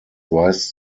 weiß